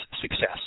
success